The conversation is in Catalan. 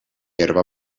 herba